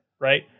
right